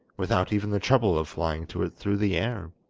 without even the trouble of flying to it through the air.